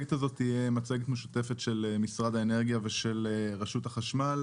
המצגת הזאת היא מצגת משותפת של משרד האנרגיה ושל רשות החשמל.